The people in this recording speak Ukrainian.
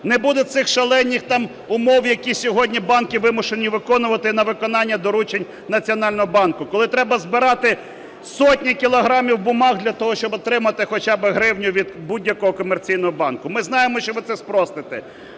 не буде цих шалених там умов, які сьогодні банки вимушені виконувати на виконання доручень Національного банку, коли треба збирати сотні кілограмів бумаг для того, щоб отримати хоча б гривню від будь-якого комерційного банку. Ми знаємо, що ви це спростите.